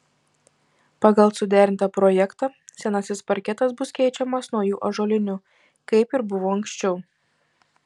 pagal suderintą projektą senasis parketas bus keičiamas nauju ąžuoliniu kaip ir buvo anksčiau